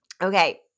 Okay